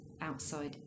outside